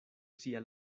sia